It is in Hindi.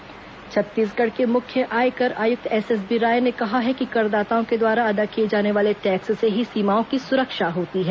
आयकर आयुक्त सभा छत्तीसगढ़ के मुख्य आयकर आयुक्त एसएसबी राय ने कहा है कि करदाताओं के द्वारा अदा किए जाने वाले टैक्स से ही सीमाओं की सुरक्षा होती है